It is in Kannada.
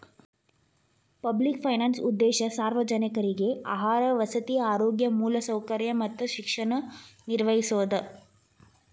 ಪಬ್ಲಿಕ್ ಫೈನಾನ್ಸ್ ಉದ್ದೇಶ ಸಾರ್ವಜನಿಕ್ರಿಗೆ ಆಹಾರ ವಸತಿ ಆರೋಗ್ಯ ಮೂಲಸೌಕರ್ಯ ಮತ್ತ ಶಿಕ್ಷಣ ನಿರ್ವಹಿಸೋದ